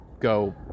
go